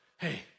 Hey